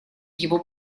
его